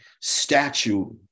statue